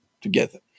together